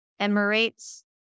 Emirates